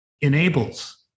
enables